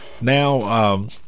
now –